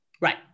Right